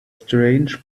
strange